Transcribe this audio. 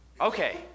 Okay